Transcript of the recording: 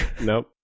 Nope